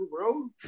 bro